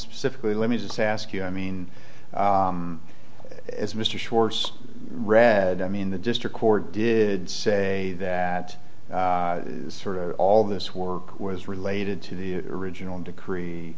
specifically let me just ask you i mean as mr schwartz rare i mean the district court did say that all this work was related to the original decree